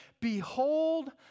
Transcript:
Behold